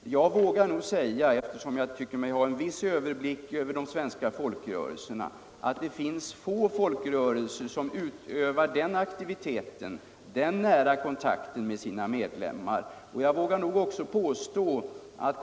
Med den överblick jag har över de svenska folkrörelserna vågar jag nog säga att det finns få folkrörelser som utvecklar den aktivitet och nära kontakt med sina medlemmar som konsumentkooperationen gör.